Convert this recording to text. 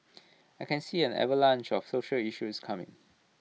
I can see an avalanche of social issues coming